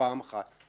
פעם אחת.